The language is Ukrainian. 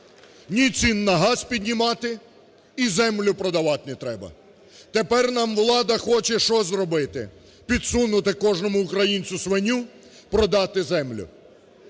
ні цін на газ піднімати і землю продавати не треба. Тепер нам влада хоче що зробити? Підсунути кожному українцю свиню – продати землю.